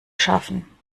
schaffen